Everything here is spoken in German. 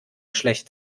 schlecht